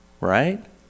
right